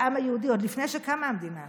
בעם היהודי, עוד לפני שקמה המדינה אפילו: